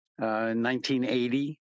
1980